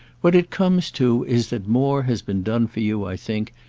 what it comes to is that more has been done for you, i think,